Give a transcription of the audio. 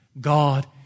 God